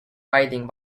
riding